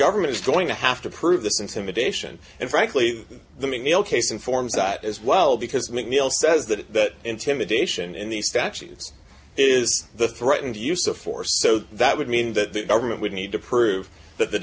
government is going to have to prove this intimidation and frankly the mcneil case informs that as well because mcneil says that intimidation in these statues is the threatened use of force so that would mean that the government would need to prove that the